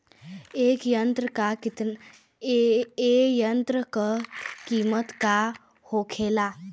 ए यंत्र का कीमत का होखेला?